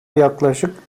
yaklaşık